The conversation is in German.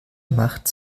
macht